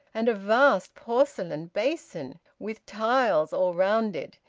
and a vast porcelain basin, with tiles all round it,